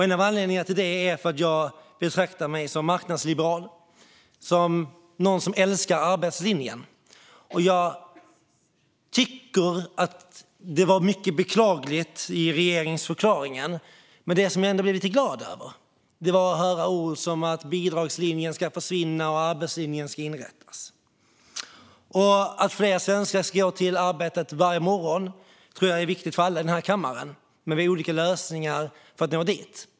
En av anledningarna till det är att jag betraktar mig som marknadsliberal och som någon som älskar arbetslinjen. Jag tycker att regeringsförklaringen var beklaglig, men det som ändå gjorde mig lite glad var att höra ord som att bidragslinjen ska försvinna och att arbetslinjen ska inrättas. Att fler svenskar ska gå till arbetet varje morgon tror jag är viktigt för alla i denna kammare, men vi har olika lösningar för att nå dit.